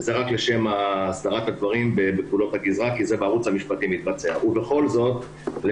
זה רק לשם הסדרת הדברים בפעולות הגזרה כי זה מתבצע בערוץ המשפטי.